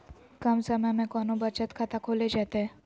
कम समय में कौन बचत खाता खोले जयते?